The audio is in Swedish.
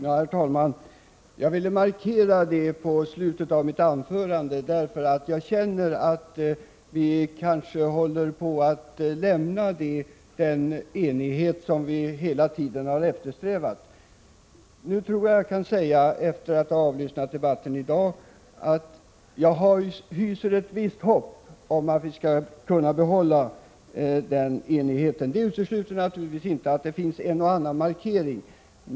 Herr talman! Jag ville markera detta i slutet av mitt anförande, eftersom jag känner att vi kanske håller på att lämna den enighet som vi hela tiden har eftersträvat. Efter att ha avlyssnat debatten i dag tror jag att jag kan säga att jag hyser ett visst hopp om att vi skall kunna bibehålla denna enighet. Det utesluter naturligtvis inte att det görs en och annan markering.